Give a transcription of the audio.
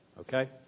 Okay